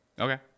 Okay